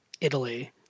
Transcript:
Italy